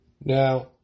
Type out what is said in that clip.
Now